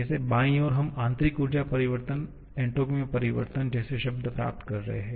जैसे बायीं ओर हम आंतरिक ऊर्जा परिवर्तन एन्ट्रापी में परिवर्तन जैसे शब्द प्राप्त कर रहे हैं